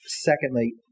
Secondly